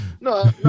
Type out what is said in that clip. no